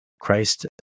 Christ